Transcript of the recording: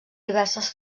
diverses